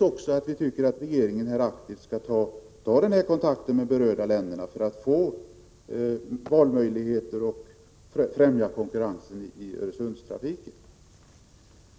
Vidare tycker vi att regeringen aktivt skall ta kontakt med berörda länder för att få valmöjligheter och främja konkurrensen i Öresundstrafiken.